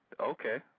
Okay